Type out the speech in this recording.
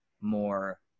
more